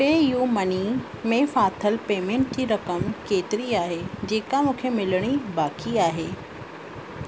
पे U money में फाथल payment जी रक़म केतिरी आहे जेका मूंखे मिलिणी बाक़ी आहे